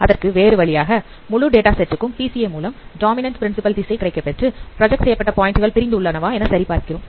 அதற்கு வேறு வழியாக முழு டேட்டா செட் கும் பிசிஏ மூலம் டாமினண்ட் பிரின்சிபல் திசை கிடைக்கப்பெற்று ப்ராஜெக்ட் செய்யப்பட்ட பாயிண்டுகள் பிரிந்து உள்ளனவா என சரி பார்க்கிறோம்